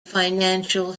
financial